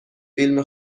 فیلم